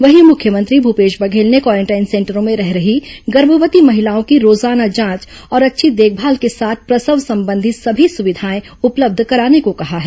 वहीं मुख्यमंत्री भूपेश बघेल ने क्वारेंटाइन सेंटरों में रह रही गर्भवती महिलाओं की रोजाना जांच और अच्छी देखभाल के साथ प्रसव संबंधी सभी सुविधाएं उपलब्ध कराने को कहा है